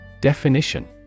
Definition